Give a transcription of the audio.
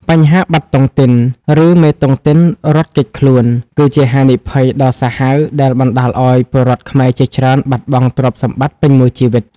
បញ្ហា "បាត់តុងទីន" ឬមេតុងទីនរត់គេចខ្លួន គឺជាហានិភ័យដ៏សាហាវដែលបណ្ដាលឱ្យពលរដ្ឋខ្មែរជាច្រើនបាត់បង់ទ្រព្យសម្បត្តិពេញមួយជីវិត។